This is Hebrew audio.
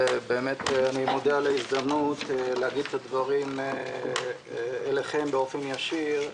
אני מודה על ההזדמנות להגיד את הדברים לכם באופן ישיר,